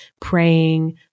praying